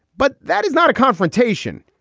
but that is not a confrontation.